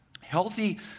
healthy